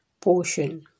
portion